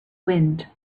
wind